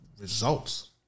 results